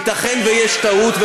ייתכן שיש טעות.